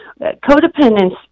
Codependence